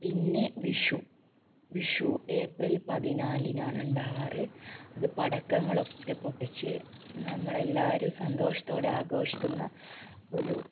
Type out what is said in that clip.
പിന്നെ വിഷു വിഷു ഏപ്രിൽ പതിനാലിനാണ് ഉണ്ടാകാറ് അത് പടക്കങ്ങളൊക്കെ പൊട്ടിച്ച് നമ്മളെല്ലാരും സന്തോഷത്തോടെ ആഘോഷിക്കുന്ന ഒരു